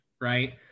right